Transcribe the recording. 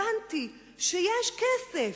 הבנתי שיש כסף,